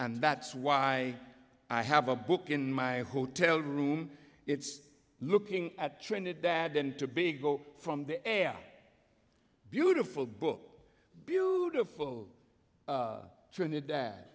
and that's why i have a book in my hotel room it's looking at trinidad and tobago from the air beautiful book beautiful trinidad